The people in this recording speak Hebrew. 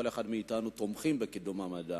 כל אחד מאתנו תומך בקידום המדע,